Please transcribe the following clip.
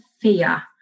fear